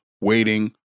waiting